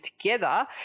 together